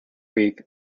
week